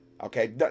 Okay